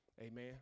Amen